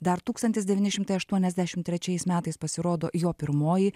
dar tūkstantis devyni šimtai aštuoniasdešimt trečiais metais pasirodo jo pirmoji